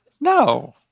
No